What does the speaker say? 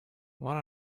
what